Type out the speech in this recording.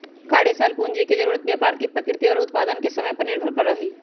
कार्यशाला पूंजी के जरूरत व्यापार के प्रकृति और उत्पादन के समय पर निर्भर करा हई